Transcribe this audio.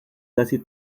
casi